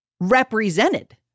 represented